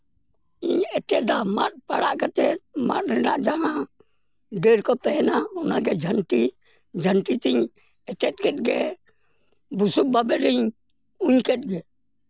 ᱤᱧ ᱮᱴᱮᱫᱟ ᱢᱟᱫ ᱯᱟᱲᱟᱜ ᱠᱟᱛᱮᱜ ᱢᱟᱫ ᱨᱮᱱᱟᱜ ᱡᱟᱦᱟᱸ ᱰᱟᱹᱨ ᱠᱚ ᱛᱟᱦᱮᱱᱟ ᱤᱱᱟᱜᱮ ᱡᱷᱟᱹᱱᱴᱤ ᱡᱷᱟᱹᱱᱴᱤ ᱛᱤᱧ ᱮᱴᱮᱫ ᱠᱮᱫᱜᱮ ᱵᱩᱥᱩᱵ ᱵᱟᱵᱮᱨᱤᱧ ᱩᱧ ᱠᱮᱫᱜᱮ